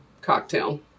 cocktail